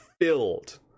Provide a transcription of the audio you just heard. filled